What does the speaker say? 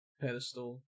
pedestal